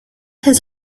his